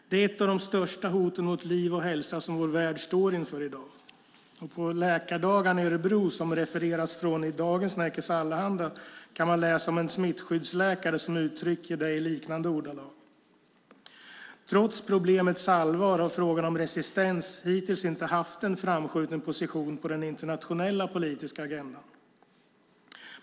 Det är ett av de största hoten mot liv och hälsa som vår värld står inför idag." På läkardagarna i Örebro, som det refereras från i dagens Nerikes Allehanda, kan man läsa om en smittskyddsläkare som uttrycker sig i liknande ordalag. Trots problemets allvar har frågan om resistens hittills inte haft en framskjuten position på den internationella politiska agendan.